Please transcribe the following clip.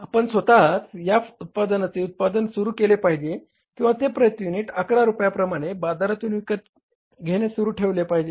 आपण स्वतःच या उत्पादनाचे उत्पादन सुरू केले पाहिजे किंवा ते प्रति युनिट 11 रुपया प्रमाणे बाजारातून विकत घेणे सुरु ठेवले पाहिजे